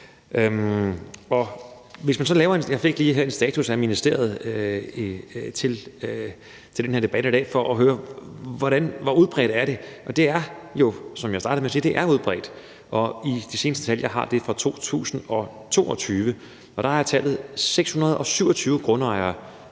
Jeg fik en status af ministeriet op til den her debat i dag for at høre, hvor udbredt det er, og det er jo udbredt, som jeg startede med at sige. De seneste tal, jeg har, som er fra 2022, viser, at der var 627 grundejere,